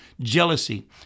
jealousy